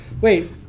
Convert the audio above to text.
Wait